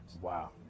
Wow